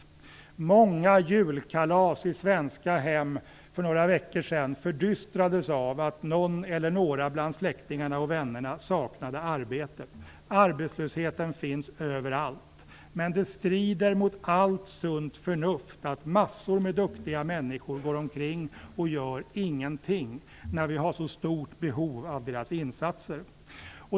Många julkalas i svenska hem för några veckor sedan fördystrades av att någon eller några bland släktingarna och vännerna saknade arbete. Arbetslösheten finns överallt. Men det strider mot allt sunt förnuft att massor av duktiga människor går omkring och gör ingenting, när vi har så stort behov av deras insatser.